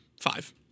five